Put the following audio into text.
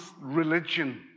religion